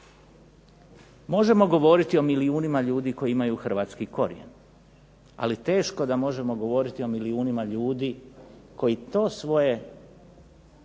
Možemo govoriti o milijunima ljudi koji imaju hrvatski korijen, ali teško da možemo govoriti o milijunima ljudi koji taj svoj